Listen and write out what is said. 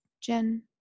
Jen